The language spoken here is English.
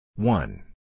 One